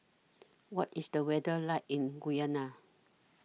What IS The weather like in Guyana